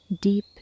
Deep